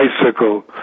bicycle